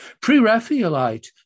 Pre-Raphaelite